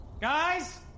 Guys